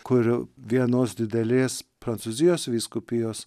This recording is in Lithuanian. kurio vienos didelės prancūzijos vyskupijos